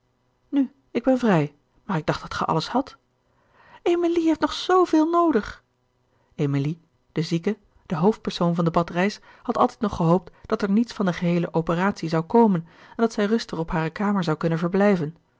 nu ik ben vrij maar ik dacht dat ge alles hadt emilie heeft nog zooveel noodig emilie de zieke de hoofdpersoon van de badreis had altijd nog gehoopt dat er niets van de geheele operatie zou komen en dat zij rustig op hare kamer zou kunnen blijven